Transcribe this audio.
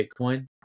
Bitcoin